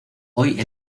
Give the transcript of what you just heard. hoy